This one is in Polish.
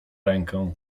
rękę